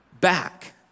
back